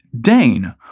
Dane